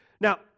Now